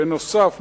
בנוסף,